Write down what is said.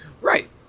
Right